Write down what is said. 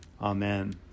Amen